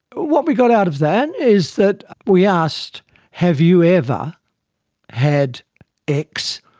what we got out of that is that we asked have you ever had x.